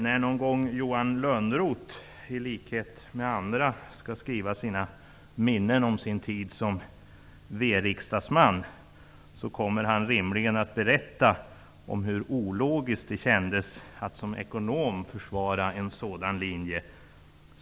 När Johan Lönnroth någon gång, i likhet med andra, skall skriva ner sina minnen om sin tid som v-riksdagsman kommer han rimligen att berätta om hur ologiskt det kändes att som ekonom försvara en sådan linje.